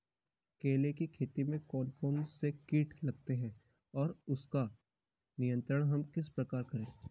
केले की खेती में कौन कौन से कीट लगते हैं और उसका नियंत्रण हम किस प्रकार करें?